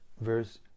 verse